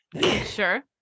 sure